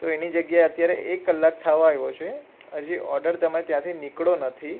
તો એની જગ્યાએ અત્યારે એક કલાક થવા આવ્યો છે હજી ઓડર તમે ત્યાંથી નીકળ્યો નથી